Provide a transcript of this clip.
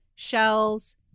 shells